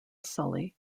sully